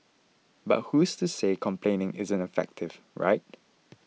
but who's to say complaining isn't effective right